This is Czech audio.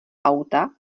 auta